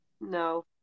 No